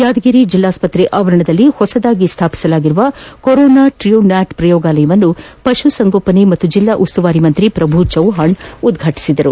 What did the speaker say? ಯಾದಗಿರಿ ಜಿಲ್ಲಾಸ್ತತ್ರೆ ಆವರಣದಲ್ಲಿ ನೂತನವಾಗಿ ಸ್ವಾಪಿಸಿರುವ ಕೊರೋನಾ ಟ್ರೂನ್ಲಾಟ್ ಪ್ರಯೋಗಾಲಯವನ್ನು ಪಶು ಸಂಗೋಪನೆ ಮತ್ತು ಜಿಲ್ಲಾ ಉಸ್ತುವಾರಿ ಸಚಿವ ಪ್ರಭು ಚೌಹಾಣ್ ಉದ್ಪಾಟಿಸಿದರು